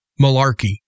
malarkey